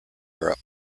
europe